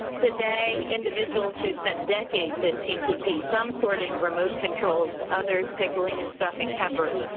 today, individuals who spend decades that ttp, some sorting remote controls, others pickling and stuffing peppers,